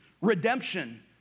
Redemption